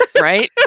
Right